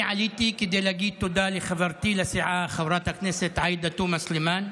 אני עליתי כדי להגיד תודה לחברתי לסיעה חברת הכנסת עאידה תומא סלימאן,